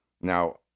now